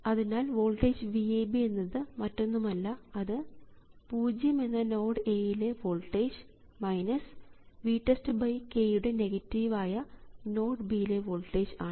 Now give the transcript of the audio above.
അതിനാൽ voltage VAB എന്നത് മറ്റൊന്നുമല്ല അത് പൂജ്യം എന്ന നോഡ് A യിലെ വോൾട്ടേജ് VTEST k യു നെഗറ്റീവായ നോഡ് B യിലെ വോൾട്ടേജ് ആണ്